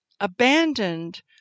abandoned